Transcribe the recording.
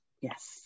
Yes